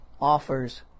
offers